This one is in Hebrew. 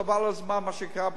חבל על הזמן מה שקרה בשנים.